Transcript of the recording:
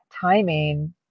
timing